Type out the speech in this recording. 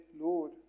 Lord